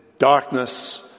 Darkness